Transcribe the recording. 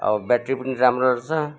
अब ब्याट्री पनि राम्रो रहेछ